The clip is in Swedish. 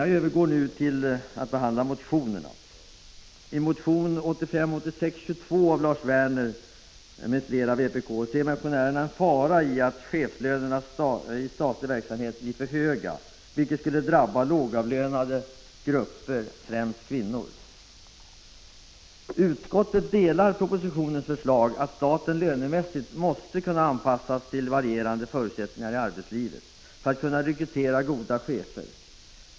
Jag övergår nu till att behandla motionerna. Utskottsmajoriteten ansluter sig till regeringens förslag: att staten lönemässigt måste kunna anpassa sig till varierande förutsättningar i arbetslivet för att kunna rekrytera goda chefer.